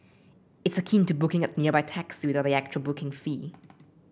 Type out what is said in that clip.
it's akin to booking a nearby taxi without the actual booking fee